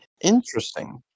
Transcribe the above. Interesting